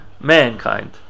mankind